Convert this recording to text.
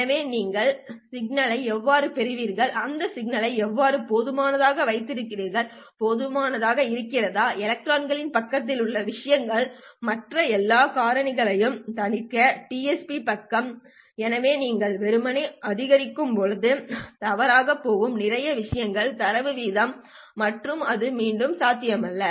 எனவே நீங்கள் சிக்னலை எவ்வாறு பெறுகிறீர்கள் நீங்கள் சிக்னலை எவ்வாறு போதுமானதாக வைத்திருக்கிறீர்கள் போதுமானதாக இருக்கிறதா எலக்ட்ரானிக் பக்கத்தில் உள்ள விஷயங்கள் மற்ற எல்லா காரணிகளையும் தணிக்க டிஎஸ்பி பக்கம் எனவே நீங்கள் வெறுமனே அதிகரிக்கும் போது தவறாகப் போகும் நிறைய விஷயங்கள் தரவு வீதம் மற்றும் அது மீண்டும் சாத்தியமில்லை